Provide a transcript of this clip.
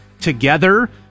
together